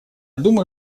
думаю